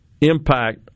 impact